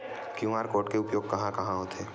QR code के उपयोग कहां कहां होथे?